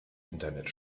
internet